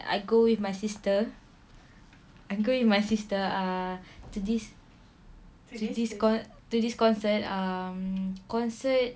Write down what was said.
I go with my sister I go with my sister uh to this to this con~ to this concert um concert